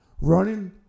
Running